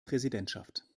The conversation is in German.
präsidentschaft